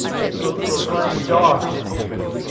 it's a little grain dark in here.